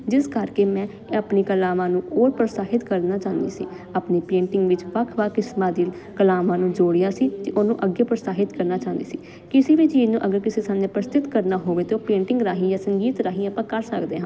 ਜਿਸ ਕਰਕੇ ਮੈਂ ਆਪਣੀ ਕਲਾਵਾਂ ਨੂੰ ਔਰ ਪ੍ਰਸਾਹਿਤ ਕਰਨਾ ਚਾਹੁੰਦੀ ਸੀ ਆਪਣੀ ਪੇਂਟਿੰਗ ਵਿੱਚ ਵੱਖ ਵੱਖ ਕਿਸਮਾਂ ਦੀ ਕਲਾਮਾਂ ਨੂੰ ਜੋੜਿਆ ਸੀ ਤੇ ਉਹਨੂੰ ਅੱਗੇ ਪ੍ਰਸਾਹਿਤ ਕਰਨਾ ਚਾਹੁੰਦੀ ਸੀ ਕਿਸੇ ਵੀ ਚੀਜ਼ ਨੂੰ ਅਗਰ ਕਿਸੇ ਸਾਮਣੇ ਪ੍ਰਸਥਿਤ ਕਰਨਾ ਹੋਵੇ ਤੇ ਉਹ ਪੇਂਟਿੰਗ ਰਾਹੀਂ ਜਾਂ ਸੰਗੀਤ ਰਾਹੀ ਆਪਾਂ ਕਰ ਸਕਦੇ ਹਾਂ